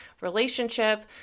relationship